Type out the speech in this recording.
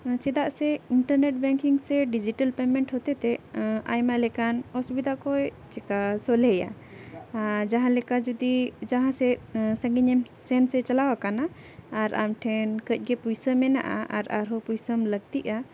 ᱪᱮᱫᱟᱜ ᱥᱮ internet banking ᱥᱮ ᱰᱤᱡᱤᱴᱮᱞ ᱯᱮᱢᱮᱱᱴ ᱦᱚᱛᱮᱡᱽᱼᱛᱮ ᱟᱭᱢᱟ ᱞᱮᱠᱟᱱ ᱚᱥᱩᱵᱤᱫᱷᱟ ᱠᱚᱭ ᱪᱮᱠᱟᱹ ᱥᱚᱞᱦᱮᱭᱟ ᱡᱟᱦᱟᱸᱞᱮᱠᱟ ᱡᱩᱫᱤ ᱡᱟᱦᱟᱸᱥᱮᱫ ᱥᱟᱺᱜᱤᱧᱮᱢ ᱥᱮᱱ ᱥᱮ ᱪᱟᱞᱟᱣᱟᱠᱟᱱᱟ ᱟᱨ ᱟᱢ ᱴᱷᱮᱱ ᱠᱟᱺᱡ ᱜᱮ ᱯᱩᱭᱥᱟᱹ ᱢᱮᱱᱟᱜᱼᱟ ᱟᱨ ᱟᱨᱦᱚᱸ ᱯᱩᱭᱥᱟᱹᱢ ᱞᱟᱹᱠᱛᱤᱜᱼᱟ